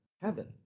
heaven